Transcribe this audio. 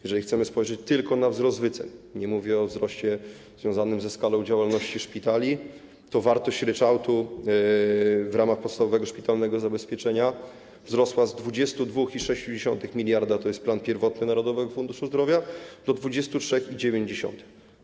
Jeżeli chcemy spojrzeć tylko na wzrost wycen - nie mówię o wzroście związanym ze skalą działalności szpitali - to wartość ryczałtu w ramach podstawowego szpitalnego zabezpieczenia wzrosła z 22,6 mld, to jest plan pierwotny Narodowego Funduszu Zdrowia, do 23,9.